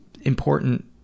important